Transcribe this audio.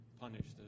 punished